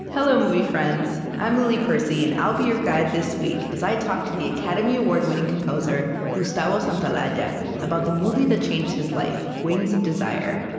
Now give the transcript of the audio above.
hello, movie friends. i'm lily percy, and i'll be your guide this week as i talk to the academy award-winning composer gustavo santaolalla yeah about the movie that changed his life, wings of desire.